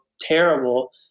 terrible